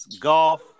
Golf